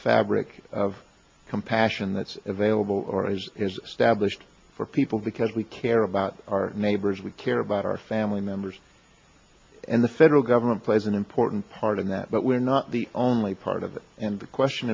fabric of compassion that's available or is stablished for people because we care about our neighbors we care about our family members and the federal government plays an important part in that but we're not the only part of it and the question